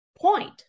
point